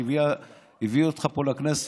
שהביא אותך לפה לכנסת,